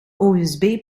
osb